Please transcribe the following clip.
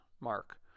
Mark